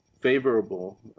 favorable